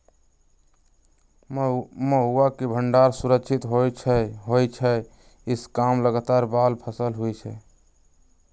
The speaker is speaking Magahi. मरुआ के भण्डार सुरक्षित होइ छइ इ कम लागत बला फ़सल हइ